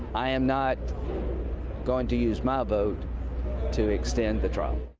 i am not going to use my vote to extend the trial.